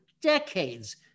decades